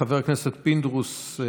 חבר הכנסת פינדרוס,